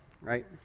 right